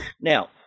Now